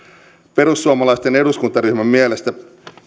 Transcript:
perussuomalaisten eduskuntaryhmän mielestä